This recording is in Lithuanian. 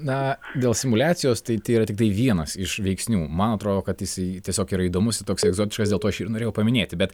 na dėl simuliacijos tai tai yra tiktai vienas iš veiksnių man atrodo kad jisai tiesiog yra įdomus ir toksai egzotiškas dėl to aš jį ir norėjau paminėti bet